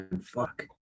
Fuck